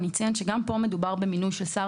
אני אציין שגם פה מדובר במינוי של שר